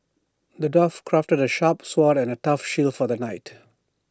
the dwarf crafted A sharp sword and A tough shield for the knight